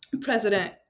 President